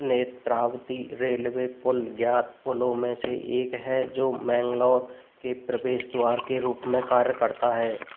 Netravati railway पुल ज्ञात पुलों में से एक है जो मैंगलोर के प्रवेश द्वार के रूप में कार्य करता है